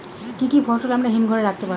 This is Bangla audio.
কি কি ফসল আমরা হিমঘর এ রাখতে পারব?